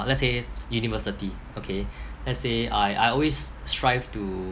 let's say university okay let's say I I always strive to